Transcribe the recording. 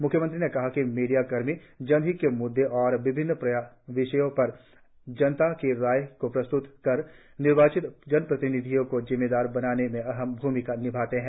म्ख्यमंत्री ने कहा कि मीडिया कर्मी जनहित के मुद्दे और विभिन्न विषयों पर जनता की राय को प्रस्त्र्त कर निर्वाचित जनप्रतिनिधियों को जिम्मेदार बनाने में अहम भूमिका निभाते है